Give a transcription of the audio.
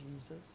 Jesus